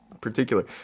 particular